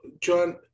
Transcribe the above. John